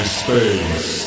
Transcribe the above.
space